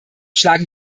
schlagen